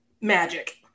magic